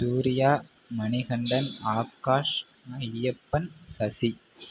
Surya Manikandan Akash Ayyappan Sasi